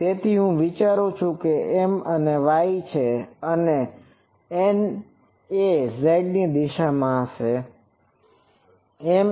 તેથી હું વિચારું છું કે M એ y છે અને n એ z દિશામાં હશે